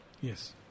Yes